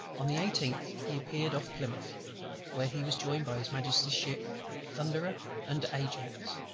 on the eighteenth he appeared off plymouth where he was joined by his majesty's ships thunderer and ajax,